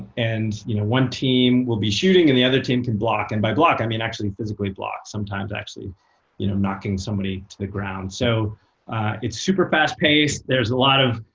and you know one team will be shooting, and the other team can block. and by block, i mean actually physically block, sometimes actually you know knocking somebody to the ground. so it's super fast-paced, there's a lot of